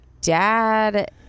dad